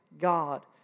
God